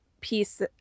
piece